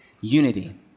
Unity